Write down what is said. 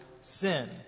sin